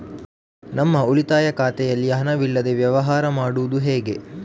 ನಮ್ಮ ಉಳಿತಾಯ ಖಾತೆಯಲ್ಲಿ ಹಣವಿಲ್ಲದೇ ವ್ಯವಹಾರ ಮಾಡುವುದು ಹೇಗೆ?